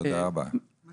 אני